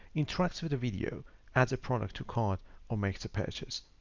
interacts with a video as a product to cart or makes a purchase.